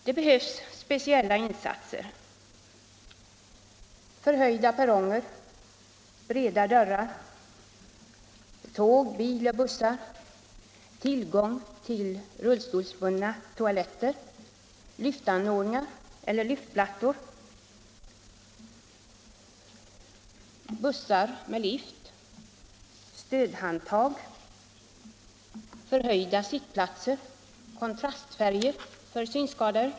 Det behövs speciella insatser t.ex. förhöjda perronger, breda dörrar på tåg, bilar, bussar, tillgång till rullstolsanpassade toaletter, lyftanordningar eller lyftplattor, bussar med lift, stödhandtag , förhöjda sittplatser och kontrastfärger för synskadade.